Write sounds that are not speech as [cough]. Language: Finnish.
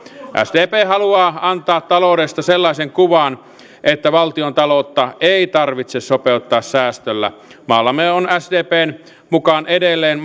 sdp haluaa antaa taloudesta sellaisen kuvan että valtiontaloutta ei tarvitse sopeuttaa säästöillä maallamme on sdpn mukaan edelleen [unintelligible]